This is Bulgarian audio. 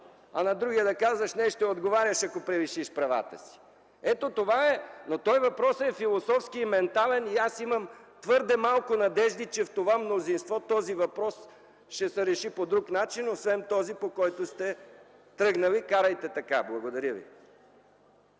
а на другия да казваш – ще отговаряш, ако превишиш правата си. Ето това е! Но въпросът е философски и ментален и аз имам твърде малко надежди, че в това мнозинство този въпрос ще се реши по друг начин освен този, по който сте тръгнали. Карайте така! Благодаря ви.